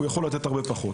הוא יכול לתת הרבה פחות.